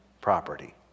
property